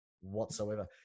whatsoever